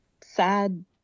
sad